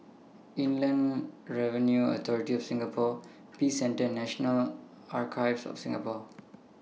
Inland Revenue Authority of Singapore Peace Centre National Archives of Singapore